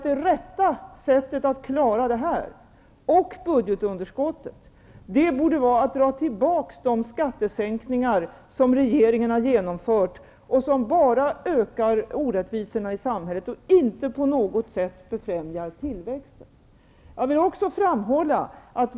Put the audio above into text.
Det rätta sättet att klara det här, och budgetunderskottet, borde vara att dra tillbaka de skattesänkningar som regeringen har genomfört och som bara ökar orättvisorna i samhället och inte på något sätt befrämjar tillväxten.